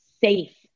safe